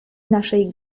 naszej